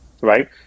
right